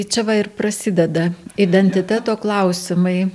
čia va ir prasideda identiteto klausimai